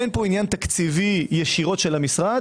אין פה עניין תקציבי ישירות של המשרד